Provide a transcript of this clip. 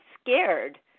scared